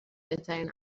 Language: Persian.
بهترین